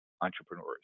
entrepreneurs